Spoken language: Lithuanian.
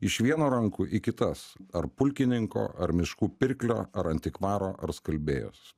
iš vieno rankų į kitas ar pulkininko ar miškų pirklio ar antikvaro ar skalbėjos